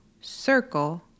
circle